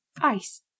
Ice